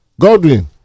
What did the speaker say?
godwin